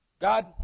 God